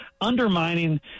undermining